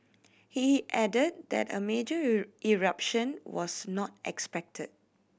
he added that a major eruption was not expected